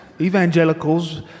Evangelicals